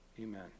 Amen